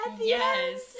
Yes